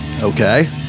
Okay